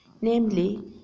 namely